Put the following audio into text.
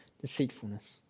deceitfulness